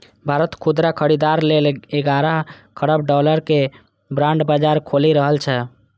भारत खुदरा खरीदार लेल ग्यारह खरब डॉलर के बांड बाजार खोलि रहल छै